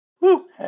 Woo